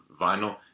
vinyl